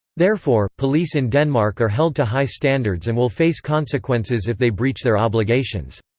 therefore, police in denmark are held to high standards and will face consequences if they breach their obligations.